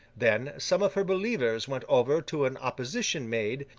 then, some of her believers went over to an opposition maid,